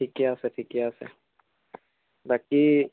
ঠিকে আছে ঠিকে আছে বাকী